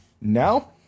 Now